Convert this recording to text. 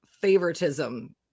favoritism